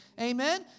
Amen